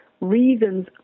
reasons